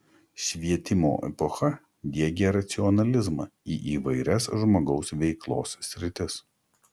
švietimo epocha diegė racionalizmą į įvairias žmogaus veiklos sritis